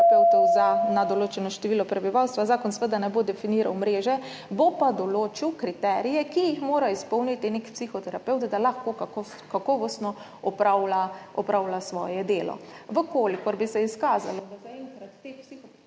na določeno število prebivalstva. Zakon seveda ne bo definiral mreže, bo pa določil kriterije, ki jih mora izpolnjevati nek psihoterapevt, da lahko kakovostno opravlja svoje delo. Če bi se izkazalo, da zaenkrat teh psihoterapevtov